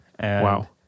Wow